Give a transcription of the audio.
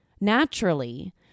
Naturally